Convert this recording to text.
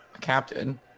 Captain